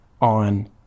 on